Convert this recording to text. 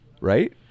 right